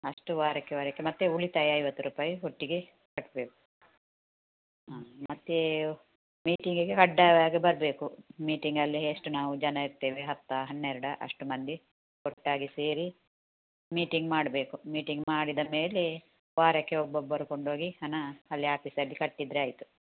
ಅಷ್ಟು ವಾರಕ್ಕೆ ವಾರಕ್ಕೆ ಮತ್ತೆ ಉಳಿತಾಯ ಐವತ್ತು ರೂಪಾಯಿ ಒಟ್ಟಿಗೆ ಕಟ್ಬೇಕು ಹಾಂ ಮತ್ತೆ ಮೀಟಿಂಗಿಗೆ ಕಡ್ಡಾಯವಾಗಿ ಬರಬೇಕು ಮೀಟಿಂಗಲ್ಲಿ ಎಷ್ಟು ನಾವು ಜನ ಇರ್ತೇವೆ ಹತ್ತೋ ಹನ್ನೆರಡೋ ಅಷ್ಟು ಮಂದಿ ಒಟ್ಟಾಗಿ ಸೇರಿ ಮೀಟಿಂಗ್ ಮಾಡಬೇಕು ಮೀಟಿಂಗ್ ಮಾಡಿದ ಮೇಲೆ ವಾರಕ್ಕೆ ಒಬ್ಬೊಬ್ಬರು ಕೊಂಡೊಗಿ ಹಣ ಅಲ್ಲಿ ಆಫೀಸಲ್ಲಿ ಕಟ್ಟಿದರೆ ಆಯ್ತು